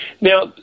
Now